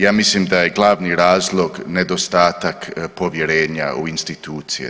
Ja mislim da je glavni razlog nedostatak povjerenja u institucije.